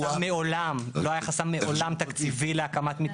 מעולם לא היה חסם תקציבי להקמת מתקנים.